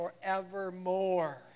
forevermore